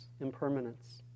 impermanence